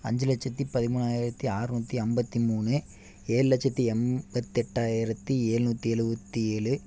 அஞ்சு லட்சத்தி பதிமூணாயிரத்தி ஆற்நூத்தி ஐம்பத்தி மூணு ஏழு லட்சத்தி எண்பத்தெட்டாயிரத்தி ஏழ்நூத்தி எழுபத்தி ஏழு